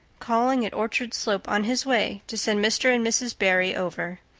calling at orchard slope on his way to send mr. and mrs. barry over.